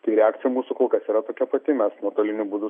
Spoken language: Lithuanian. tai reakcija mūsų kol kas yra tokia pati mes nuotoliniu būdu